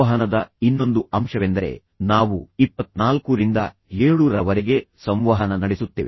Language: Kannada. ಸಂವಹನದ ಇನ್ನೊಂದು ಅಂಶವೆಂದರೆ ನಾವು 24 ರಿಂದ 7 ರವರೆಗೆ ಸಂವಹನ ನಡೆಸುತ್ತೇವೆ